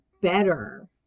better